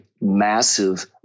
massive